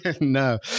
No